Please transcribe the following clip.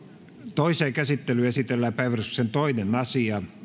toiseen käsittelyyn esitellään päiväjärjestyksen toinen asia